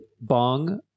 bong